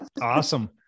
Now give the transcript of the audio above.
Awesome